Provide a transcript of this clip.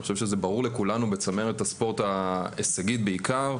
אני חושב שזה ברור לכולנו בצמרת הספורט ההישגי בעיקר,